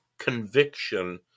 conviction